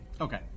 Okay